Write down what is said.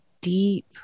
deep